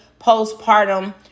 postpartum